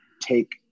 take